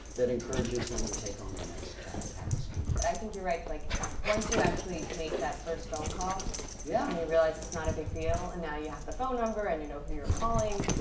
that encourages them to take on the next task. i think you're right. like once you actually make that first phone call yeah and you realize it's not a big deal and now you have the phone number and you know who you're calling.